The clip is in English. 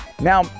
Now